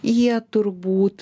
jie turbūt